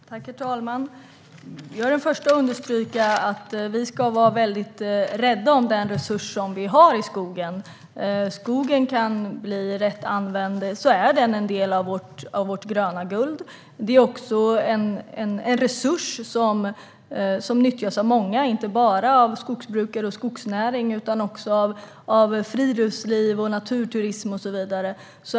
Herr talman! Jag är den första att understryka att vi ska vara rädda om den resurs som vi har i skogen. Rätt använd är skogen en del av vårt gröna guld. Den är också en resurs som nyttjas av många, inte bara av skogsbrukare och skogsnäring utan också av friluftsliv, naturturism och så vidare.